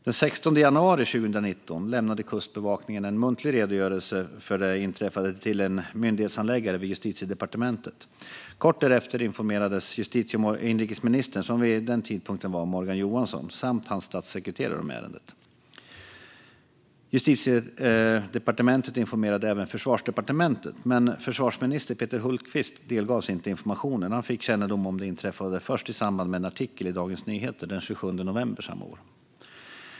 Den 16 januari 2019 lämnade Kustbevakningen en muntlig redogörelse för det inträffade till en myndighetshandläggare vid Justitiedepartementet. Kort därefter informerades justitie och inrikesministern, som vid den tidpunkten var Morgan Johansson, samt hans statssekreterare om ärendet. Justitiedepartementet informerade även Försvarsdepartementet, men försvarsminister Peter Hultqvist delgavs inte informationen. Han fick kännedom om det inträffade först i samband med en artikel i Dagens Nyheter den 27 november samma år.